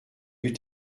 eut